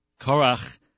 Korach